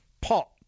pot